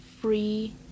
free